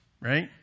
right